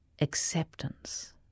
acceptance